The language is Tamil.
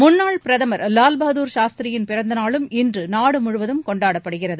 முன்னாள் பிரதமர் லால்பகதார் சாஸ்திரியின் பிறந்த நாளும் இன்று நாடு முழுவதும் கொண்டாடப்படுகிறது